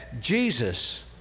Jesus